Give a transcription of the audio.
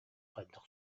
хайдах